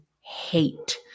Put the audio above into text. hate